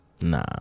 Nah